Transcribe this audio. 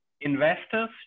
investors